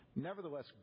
Nevertheless